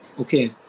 okay